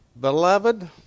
Beloved